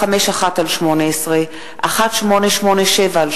פטור מאגרה בשל האטה ממהירות הנסיעה המותרת),